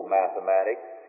mathematics